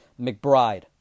McBride